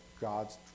God's